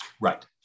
Right